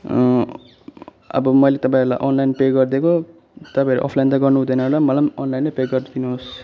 अब मैले तपाईँहरूलाई अनलाइन पे गरिदिएको तपाईँहरू अफलाइन त गर्नुहुँदैन होला मलाई पनि अनलाइन नै पे गरिदिनुहोस्